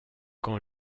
quand